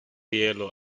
yellow